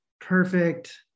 perfect